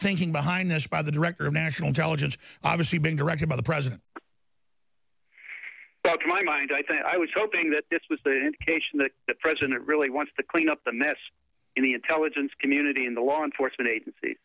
thinking behind this by the director of national intelligence obviously being directed by the president well to my mind i think i was hoping that this was the indication that the president really wants to clean up the mess in the intelligence community in the law enforcement agenc